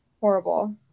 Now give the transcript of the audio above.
Horrible